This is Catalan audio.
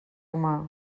humà